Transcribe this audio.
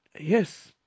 Yes